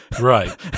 Right